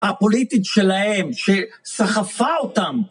הפוליטית שלהם שסחפה אותם.